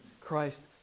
Christ